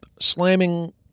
slamming